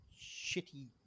shitty